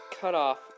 cutoff